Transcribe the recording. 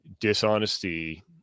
dishonesty